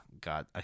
God